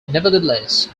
nevertheless